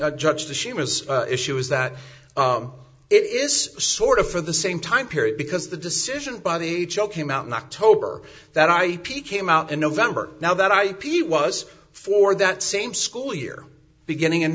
a judge the she was issue is that it is sort of for the same time period because the decision by the h l came out in october that i p came out in november now that i was for that same school year beginning in